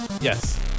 Yes